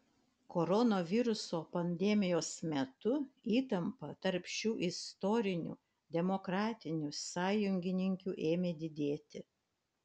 koronaviruso pandemijos metu įtampa tarp šių istorinių demokratinių sąjungininkių ėmė didėti